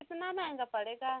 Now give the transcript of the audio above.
कितना महँगा पड़ेगा